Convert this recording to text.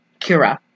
Kira